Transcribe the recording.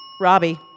Robbie